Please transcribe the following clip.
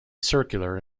circular